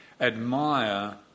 admire